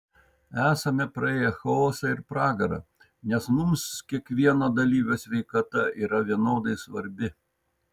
esame praėję chaosą ir pragarą nes mums kiekvieno dalyvio sveikata yra vienodai svarbi